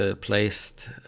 placed